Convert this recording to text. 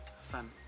son